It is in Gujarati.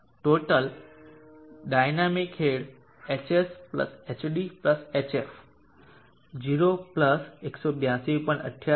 total dynamic head hshdhf 0 182